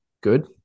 good